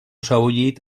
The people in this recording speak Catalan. sebollit